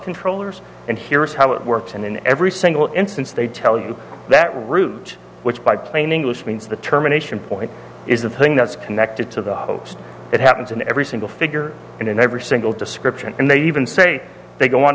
controllers and here is how it works and in every single instance they tell you that root which by plain english means the terminations point is the thing that's connected to the host it happens in every single figure and in every single description and they even say they